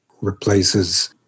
replaces